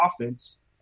offense